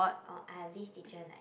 oh I have this teacher like